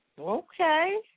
Okay